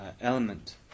element